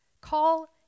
call